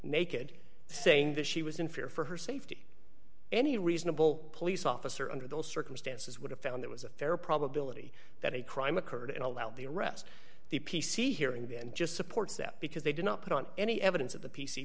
naked saying that she was in fear for her safety any reasonable police officer under those circumstances would have found there was a fair probability that a crime occurred and allowed the arrest the p c hearing then just supports that because they did not put on any evidence of the p